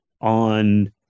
on